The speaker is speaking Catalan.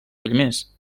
primers